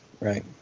right